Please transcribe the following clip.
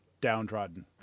downtrodden